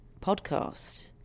podcast